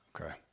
Okay